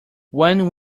when